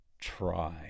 try